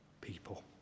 people